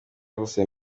gusaba